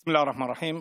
בסם אללה א-רחמאן א-רחים.